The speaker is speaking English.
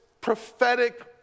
prophetic